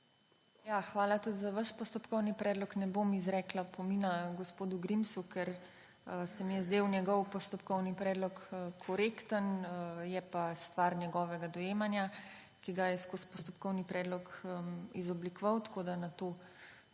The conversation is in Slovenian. Hvala tudi za vaš postopkovni predlog. Ne bom izrekla opomina gospodu Grimsu, ker se mi je zdel njegov postopkovni predlog korekten. Je pa stvar njegovega dojemanja, ki ga je skozi postopkovni predlog izoblikoval, tako da na to ne